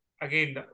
Again